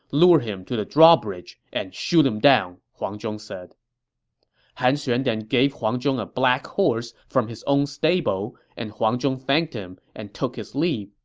lure him to the drawbridge and shoot him down, huang zhong said han xuan then gave huang zhong a black horse from his own stable, and huang zhong thanked him and took his leave.